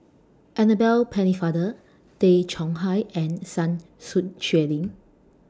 Annabel Pennefather Tay Chong Hai and Sun Xueling